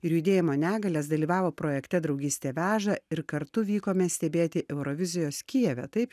ir judėjimo negalias dalyvavo projekte draugystė veža ir kartu vykome stebėti eurovizijos kijeve taip